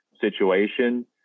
situation